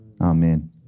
amen